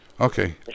Okay